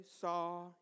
saw